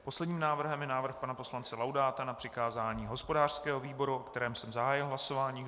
Posledním návrhem je návrh pana poslance Laudáta na přikázání hospodářskému výboru, o kterém jsem zahájil hlasování.